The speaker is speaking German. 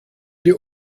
die